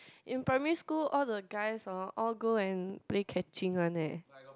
in primary school all the guys hor all go and play catching one eh